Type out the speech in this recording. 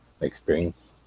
experience